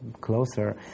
closer